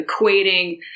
equating